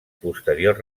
posterior